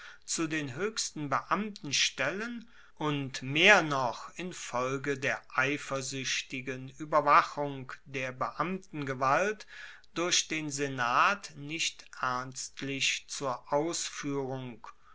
zu den hoechsten beamtenstellen und mehr noch infolge der eifersuechtigen ueberwachung der beamtengewalt durch den senat nicht ernstlich zur